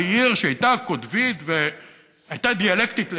על עיר שהייתה קוטבית והייתה דיאלקטית לגמרי,